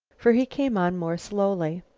for he came on more slowly.